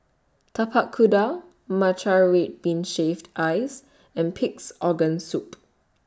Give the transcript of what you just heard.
Tapak Kuda Matcha Red Bean Shaved Ice and Pig'S Organ Soup